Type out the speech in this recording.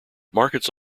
markets